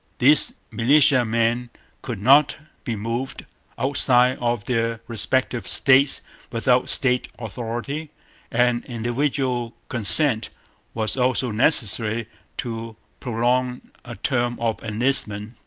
these militiamen could not be moved outside of their respective states without state authority and individual consent was also necessary to prolong a term of enlistment,